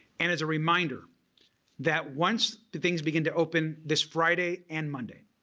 and as a reminder that once the things begin to open this friday and monday,